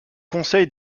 conseil